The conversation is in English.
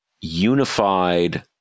unified